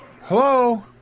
hello